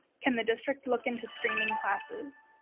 can the district look into streaming classes?